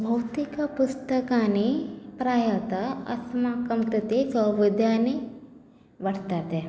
भौतिकपुस्तकानि प्रायः अस्माकं प्रति सौविध्यानि वर्तते